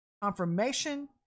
confirmation